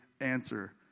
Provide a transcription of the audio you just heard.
answer